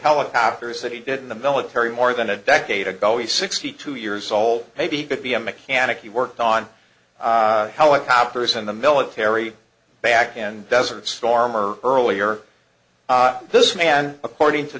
helicopters that he did in the military more than a decade ago he's sixty two years old maybe could be a mechanic he worked on helicopters in the military back in desert storm or earlier this man according to